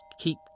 keep